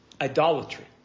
idolatry